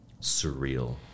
surreal